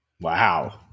Wow